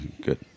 good